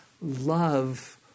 love